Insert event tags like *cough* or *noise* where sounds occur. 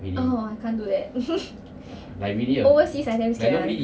oh I can't do that *laughs* overseas I damn scared [one]